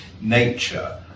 nature